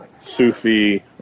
Sufi